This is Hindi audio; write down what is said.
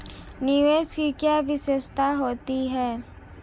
निवेश की क्या विशेषता होती है?